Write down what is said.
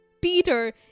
Peter